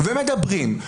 מדברים,